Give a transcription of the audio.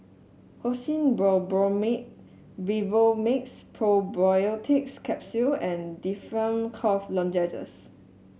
Hyoscine Butylbromide Vivomixx Probiotics Capsule and Difflam Cough Lozenges